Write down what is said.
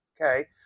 Okay